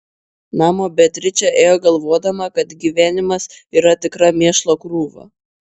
namo beatričė ėjo galvodama kad gyvenimas yra tikra mėšlo krūva